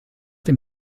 dem